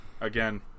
again